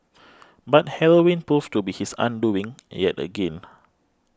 but heroin proved to be his undoing yet again